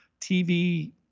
TV